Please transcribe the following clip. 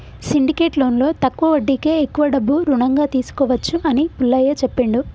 syndicate లోన్లో తక్కువ వడ్డీకే ఎక్కువ డబ్బు రుణంగా తీసుకోవచ్చు అని పుల్లయ్య చెప్పిండు